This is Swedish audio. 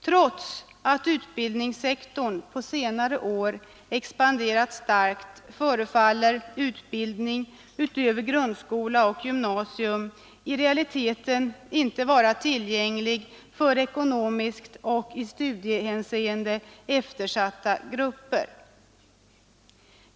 Trots att utbildningssektorn på senare år expanderat starkt förefaller utbildning utöver grundskola och gymnasium i realiteten inte vara tillgänglig för ekonomiskt och i studiehänseende eftersatta grupper.